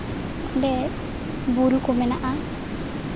ᱚᱸᱰᱮ ᱵᱩᱨᱩ ᱠᱚ ᱢᱮᱱᱟᱜᱼᱟ